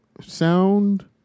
Sound